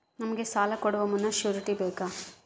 ನಮಗೆ ಸಾಲ ಕೊಡುವ ಮುನ್ನ ಶ್ಯೂರುಟಿ ಬೇಕಾ?